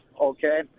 Okay